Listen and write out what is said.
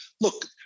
look